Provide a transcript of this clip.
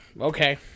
okay